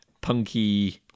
Punky